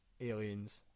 aliens